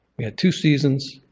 we had two seasons